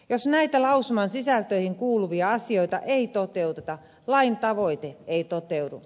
jos näitä lausuman sisältöihin kuuluvia asioita ei toteuteta lain tavoite ei toteudu